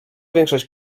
większość